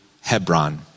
Hebron